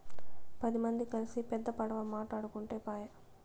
పది మంది కల్సి పెద్ద పడవ మాటాడుకుంటే పాయె